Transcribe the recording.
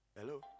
Hello